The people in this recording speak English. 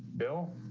bill,